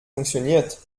funktioniert